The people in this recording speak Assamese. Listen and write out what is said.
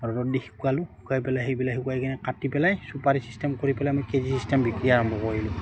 ৰ'দত দি শুকালোঁ শুকাই পেলাই সেইবিলাক শুকাই কিনে কাটি পেলাই চুপাৰি চিষ্টেম কৰি পেলাই আমি কেজি চিষ্টেম বিক্ৰী দিয়াৰ আৰম্ভ কৰিলোঁ